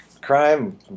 crime